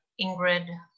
Ingrid